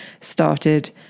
started